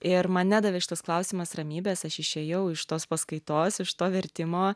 ir man nedavė šitas klausimas ramybės aš išėjau iš tos paskaitos iš to vertimo